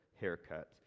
haircut